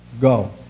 go